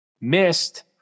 missed